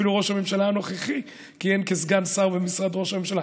אפילו ראש הממשלה הנוכחי כיהן כסגן שר במשרד ראש הממשלה,